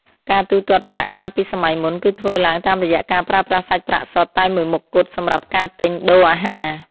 ការទូទាត់ប្រាក់កាលពីសម័យមុន គឺធ្វើឡើងតាមរយៈការប្រើប្រាស់សាច់ប្រាក់សុទ្ធតែមួយមុខគត់សម្រាប់ការទិញដូរអាហារ។